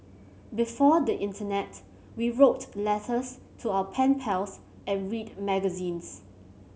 before the internet we wrote letters to our pen pals and read magazines